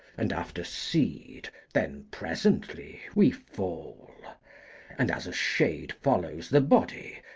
and after seed, then, presently, we fall and, as a shade follows the body,